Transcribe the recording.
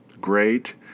great